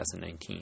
2019